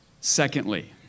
Secondly